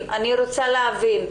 אני רוצה להבין,